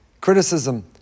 criticism